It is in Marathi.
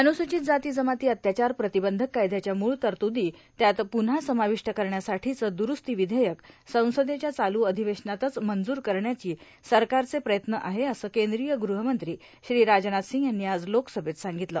अनुसूचित जाती जमाती अत्याचार प्रतिबंधक कायद्याच्या मूळ तरतूदी त्यात पुव्हा समाविष्ट करण्यासाठीचं दुरूस्ती विधेयक संसदेच्या चालू अधिवेशनातच मंजूर करण्याचे सरकारचे प्रयत्न आहे असं केंद्रीय गृहमंत्री श्री राजनाथ सिंग यांनी आज लोकसभेत सांगितलं